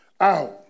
out